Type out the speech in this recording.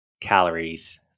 calories